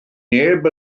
neb